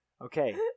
Okay